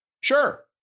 Sure